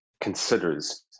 considers